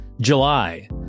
July